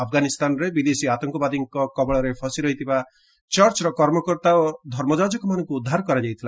ଆଫଗାନିସ୍ଥାନରେ ବିଦେଶୀ ଆତଙ୍କବାଦୀଙ୍କ କବଳରେ ଫସି ଥିବା ଚର୍ଚ୍ଚର କର୍ମକର୍ତ୍ତା ଓ ଧର୍ମଯାଜକମାନଙ୍କୁ ଉଦ୍ଧାର କରାଯାଇଥିଲା